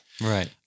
Right